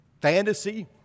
fantasy